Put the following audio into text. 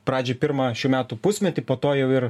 pradžiai pirmą šių metų pusmetį po to jau ir